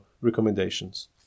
recommendations